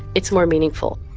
it's more meaningful.